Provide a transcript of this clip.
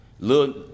Little